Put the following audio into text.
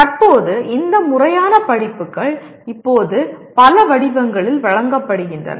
தற்போது இந்த முறையான படிப்புகள் இப்போது பல வடிவங்களில் வழங்கப்படுகின்றன